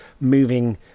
moving